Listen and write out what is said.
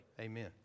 Amen